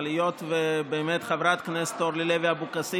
אבל היות שחברת הכנסת אורלי לוי אבקסיס